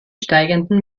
steigenden